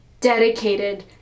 dedicated